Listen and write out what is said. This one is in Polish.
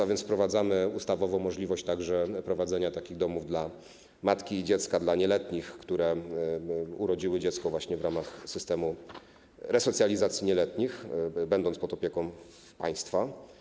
A więc także wprowadzamy ustawowo możliwość prowadzenia takich domów dla matki i dziecka dla nieletnich, które urodziły dziecko w ramach systemu resocjalizacji nieletnich, będąc pod opieką państwa.